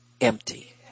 empty